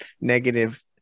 negative